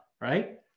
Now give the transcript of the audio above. right